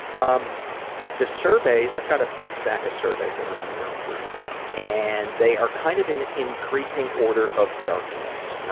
um the surveys i've got a big stack of surveys that and i'm going to go through and they are kind of in increasing order of darkness.